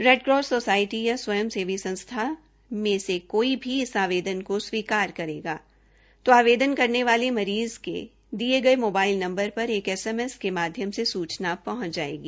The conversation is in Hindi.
रेड क्रॉस सोसाइटी या स्वयंसेवी संस्था में से कोई भी इस आवदेन ह को स्वीकार करेंगी तो आवेदन करने वाले मरीज के दिए मोबाइल नम्बर पर एक एसएमएस के माध्यम से सूचना पहँच जाएगी